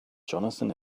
johnathan